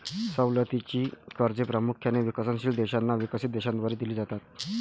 सवलतीची कर्जे प्रामुख्याने विकसनशील देशांना विकसित देशांद्वारे दिली जातात